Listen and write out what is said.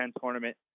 tournament